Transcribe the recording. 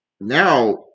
now